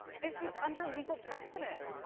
this is under legal precedent.